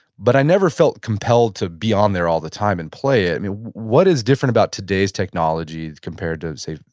but i never felt compelled to be on there all the time and play it. i mean what is different about today's technology compared to, say,